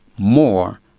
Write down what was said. more